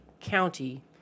County